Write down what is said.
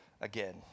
again